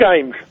games